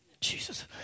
Jesus